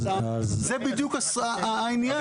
זה בדיוק העניין.